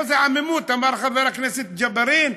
זה עמימות, אמר חבר הכנסת ג'בארין.